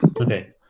Okay